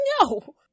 No